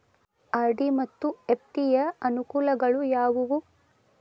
RD ಮತ್ತು FD ಯ ಅನುಕೂಲಗಳು ಯಾವವು?